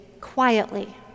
quietly